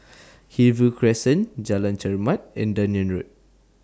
Hillview Crescent Jalan Chermat and Dunearn Road